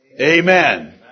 Amen